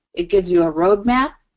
it gives you a roadmap,